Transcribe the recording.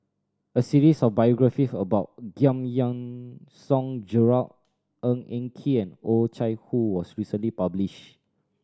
a series of biographies about Giam Yean Song Gerald Ng Eng Kee and Oh Chai Hoo was recently published